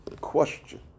question